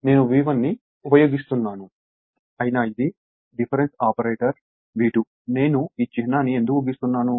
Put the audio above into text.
నేను V1 ని ఉపయోగిస్తున్నాను అయినా ఇది డిఫరెన్స్ ఆపరేటర్ V2 నేను ఈ చిహ్నాన్ని ఎందుకు గీస్తున్నాను